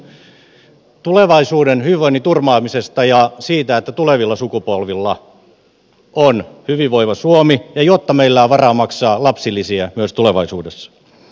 kysymys onkin tulevaisuuden hyvinvoinnin turvaamisesta ja siitä että tulevilla sukupolvilla on hyvinvoiva suomi jotta meillä on varaa maksaa lapsilisiä myös tulevaisuudessa